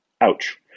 Ouch